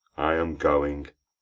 i am going.